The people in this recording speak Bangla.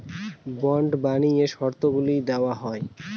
বন্ড বানিয়ে শর্তগুলা দেওয়া হয়